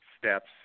steps